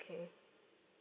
okay